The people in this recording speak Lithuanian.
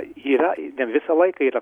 yra ir ne visą laiką yra